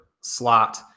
slot